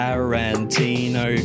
Tarantino